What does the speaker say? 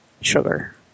sugar